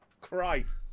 Christ